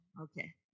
Okay